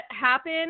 happen